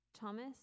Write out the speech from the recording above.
Thomas